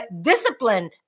discipline